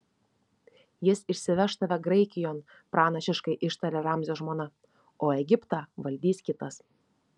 jis išsiveš tave graikijon pranašiškai ištarė ramzio žmona o egiptą valdys kitas